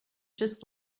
just